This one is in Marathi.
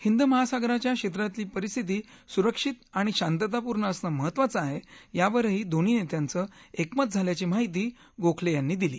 हिंद महासागराच्या क्षस्तिली परिस्थिती सुरक्षीत आणि शांततापूर्ण असणं महत्वाचं आहा आवरही दोन्ही नस्त्रांचं एकमत झाल्याची माहिती गोखलयानी दिली